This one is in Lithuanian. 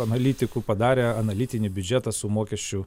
analitikų padarė analitinį biudžetą su mokesčių